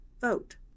vote